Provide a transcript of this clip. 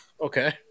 Okay